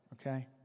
okay